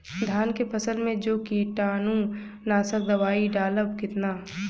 धान के फसल मे जो कीटानु नाशक दवाई डालब कितना?